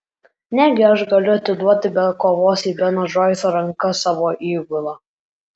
negi aš galiu atiduoti be kovos į beno džoiso rankas savo įgulą